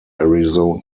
arizona